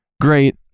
Great